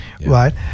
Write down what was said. right